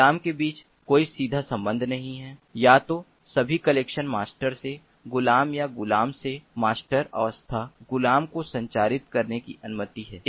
गुलाम के बीच कोई सीधा संबंध नहीं है या तो सभी कनेक्शन मास्टर से गुलाम या गुलाम से मास्टर अवस्था गुलाम को संचारित करने की अनुमति है